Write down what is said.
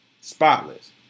spotless